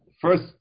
first